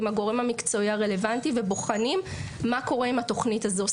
עם הגורם המקצועי הרלוונטי ובוחנים מה קורה עם התוכנית הזו.